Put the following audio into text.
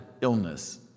illness